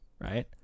right